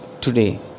today